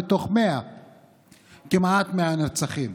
מתוך כמעט 100 נרצחים: